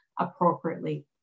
appropriately